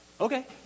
okay